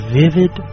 vivid